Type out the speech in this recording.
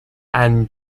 and